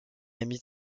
amie